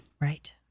right